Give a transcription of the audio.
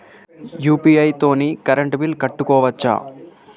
UPI తోని current bill కట్టుకోవచ్ఛా?